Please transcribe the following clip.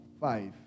Five